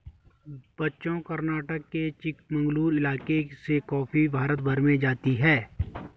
बच्चों कर्नाटक के चिकमंगलूर इलाके से कॉफी भारत भर में जाती है